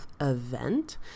event